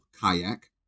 kayak